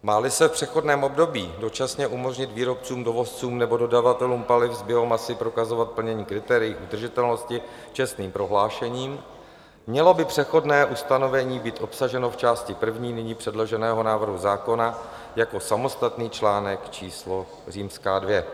Máli se v přechodném období dočasně umožnit výrobcům, dovozcům nebo dodavatelům paliv z biomasy prokazovat plnění kritérií udržitelnosti čestným prohlášením, mělo by přechodné ustanovení být obsaženo v části první nyní předloženého návrhu zákona jako samostatný článek číslo II.